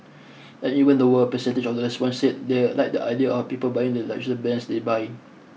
an even lower percentage of respondents said they like the idea of people buying the luxury brands they buy